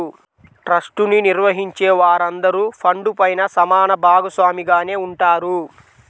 trust ని నిర్వహించే వారందరూ ఫండ్ పైన సమాన భాగస్వామిగానే ఉంటారు